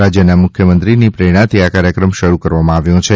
રાજ્યના મુખ્યમંત્રીશ્રીની પ્રેરણાથી આ કાર્યક્રમ શરૃ કરવામાં આવ્યો છે